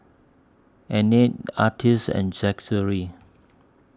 Annette Artis and Zachery